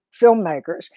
filmmakers